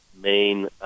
main